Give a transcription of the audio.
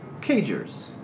Cagers